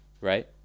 right